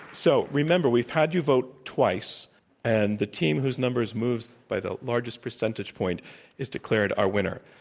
so remember, we've had you vote twice and the team whose numbers move so by the largest percentage point is declared our winner.